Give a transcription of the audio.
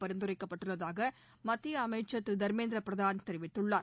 பரிந்துரைக்கப்பட்டுள்ளதாக மத்திய அமைச்சர் திருதர்மேந்திர பிரதான் தெரிவித்துள்ளார்